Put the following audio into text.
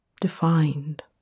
defined